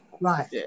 right